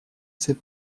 s’est